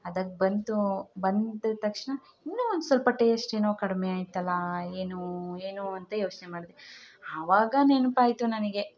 ಹದಕ್ ಬಂತು ಬಂದಿದ್ದ ತಕ್ಷಣ ಇನ್ನು ಒಂದು ಸ್ವಲ್ಪ ಟೇಸ್ಟ್ ಏನೋ ಕಡಿಮೆ ಆಯ್ತಲ್ಲ ಏನು ಏನು ಅಂತ ಯೋಚನೆ ಮಾಡಿದೆ ಆವಾಗ ನೆನ್ಪು ಆಯಿತು ನನಗೆ